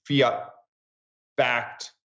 fiat-backed